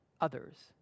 others